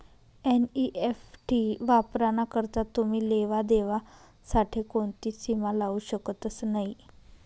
NEFT वापराना करता तुमी लेवा देवा साठे कोणतीच सीमा लावू शकतस नही